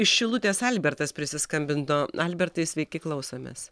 iš šilutės albertas prisiskambino albertai sveiki klausomės